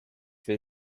will